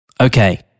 Okay